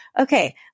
okay